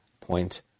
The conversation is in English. point